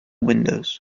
windows